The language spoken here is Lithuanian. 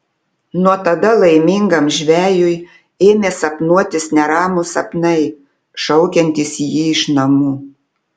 nuo tada laimingam žvejui ėmė sapnuotis neramūs sapnai šaukiantys jį iš namų